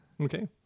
Okay